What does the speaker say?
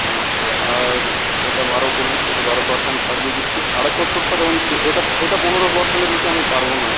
আচ্ছা আর এটা বারো করে দিচ্ছি এটা বারো পারসেন্ট ছাড় দিয়ে দিচ্ছি সাড়ে ছশোরটা দেখুন এটা এটা পনেরো পারসেন্টের নীচে আমি পারবো না